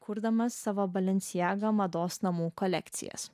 kurdamas savo balinciaga mados namų kolekcijas